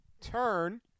turn